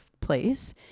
place